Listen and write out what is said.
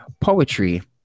Poetry